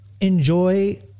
enjoy